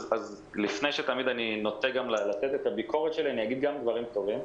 תמיד לפני שאני נותן את הביקורת שלי אגיד גם דברים טובים.